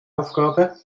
aufgabe